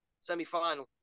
semi-final